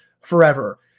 forever